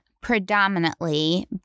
predominantly